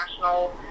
national